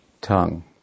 tongue